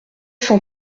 cent